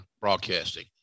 Broadcasting